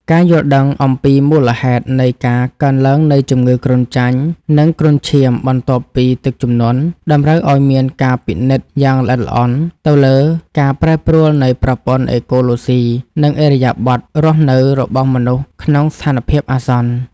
ការយល់ដឹងអំពីមូលហេតុនៃការកើនឡើងនៃជំងឺគ្រុនចាញ់ និងគ្រុនឈាមបន្ទាប់ពីទឹកជំនន់ តម្រូវឱ្យមានការពិនិត្យយ៉ាងល្អិតល្អន់ទៅលើការប្រែប្រួលនៃប្រព័ន្ធអេកូឡូស៊ី និងឥរិយាបថរស់នៅរបស់មនុស្សក្នុងស្ថានភាពអាសន្ន។